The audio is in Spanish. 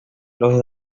los